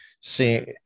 See